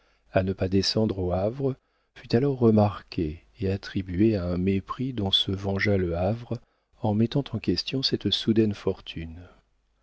à ne pas descendre au havre fut alors remarquée et attribuée à un mépris dont se vengea le havre en mettant en question cette soudaine fortune